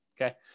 Okay